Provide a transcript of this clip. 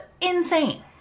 insane